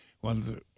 one